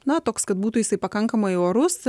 na toks kad būtų jisai pakankamai orus